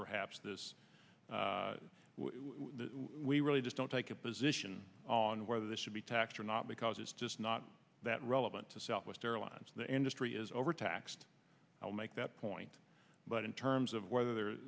perhaps this we really just don't take a position on whether this should be taxed or not because it's just not that relevant to southwest airlines the industry is overtaxed i'll make that point but in terms of whether whe